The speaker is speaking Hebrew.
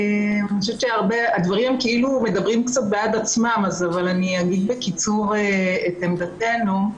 אני חושבת שהדברים מדברים בעד עצמם אבל אני אגיד בקיצור את עמדתנו: